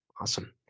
awesome